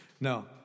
No